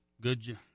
Good